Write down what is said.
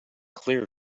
clear